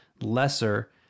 lesser